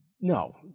No